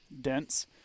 dense